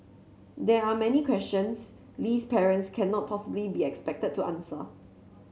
there are many questions Lee's parents cannot possibly be expected to answer